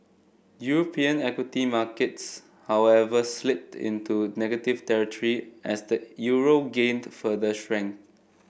European equity markets however slipped into negative territory as the euro gained further strength